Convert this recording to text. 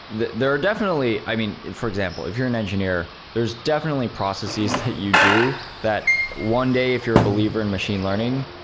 there are definitely i mean, for example if you're an engineer, there's definitely processes that you do that one day if you're a believer in machine learning,